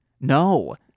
no